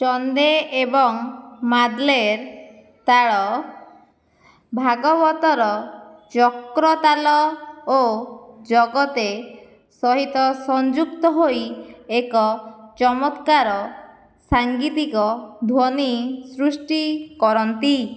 ଚନ୍ଦେ ଏବଂ ମାଦ୍ଦଲେର ତାଳ ଭାଗବତର ଚକ୍ରତାଲ ଓ ଜଗତେ ସହିତ ସଂଯୁକ୍ତ ହୋଇ ଏକ ଚମତ୍କାର ସାଙ୍ଗିତିକ ଧ୍ୱନି ସୃଷ୍ଟି କରନ୍ତି